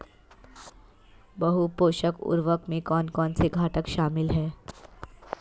बहु पोषक उर्वरक में कौन कौन से घटक शामिल हैं?